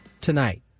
tonight